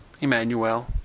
Emmanuel